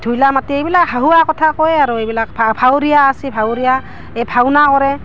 ঢুইলা মাতি এইবিলাক হাহুৱা কথা কয় আৰু এইবিলাক ভাৱৰীয়া আছে ভাৱৰীয়া এই ভাওনা কৰে